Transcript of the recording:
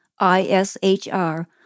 ISHR